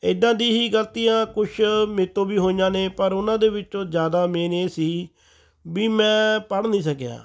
ਇੱਦਾਂ ਦੀ ਹੀ ਗਲਤੀਆਂ ਕੁਛ ਮੇਤੋਂ ਵੀ ਹੋਈਆਂ ਨੇ ਪਰ ਉਹਨਾਂ ਦੇ ਵਿੱਚੋਂ ਜ਼ਿਆਦਾ ਮੇਨ ਇਹ ਸੀ ਵੀ ਮੈਂ ਪੜ੍ਹ ਨਹੀਂ ਸਕਿਆ